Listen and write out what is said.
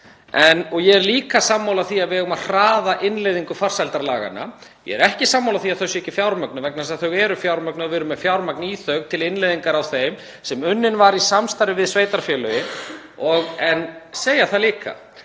við. Ég er líka sammála því að við eigum að hraða innleiðingu farsældarlaganna. Ég er ekki sammála því að þau séu ekki fjármögnuð vegna þess að þau eru fjármögnuð. Við erum með fjármagn til innleiðingar á þeim, hún var unnin í samstarfi við sveitarfélögin. Ég vil líka